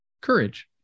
Courage